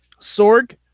sorg